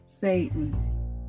Satan